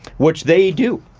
which they do.